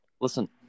Listen